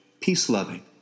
Peace-loving